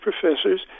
professors